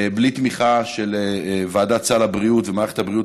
בלי תמיכה של ועדת סל הבריאות ומערכת הבריאות